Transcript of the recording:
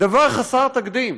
דבר חסר תקדים: